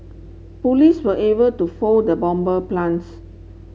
police were able to foil the bomber plans